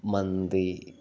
മന്തി